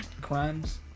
crimes